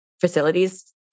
facilities